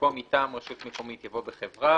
במקום "מטעם רשות מקומית" יבוא "בחברה",